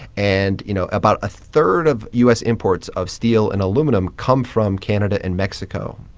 and, you know, about a third of u s. imports of steel and aluminum come from canada and mexico.